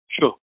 Sure